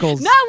No